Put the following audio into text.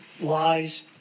lies